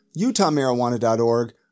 utahmarijuana.org